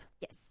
Yes